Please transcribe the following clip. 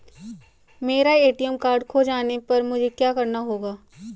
मेरा ATM card खो जाने पर मुझे क्या करना होगा?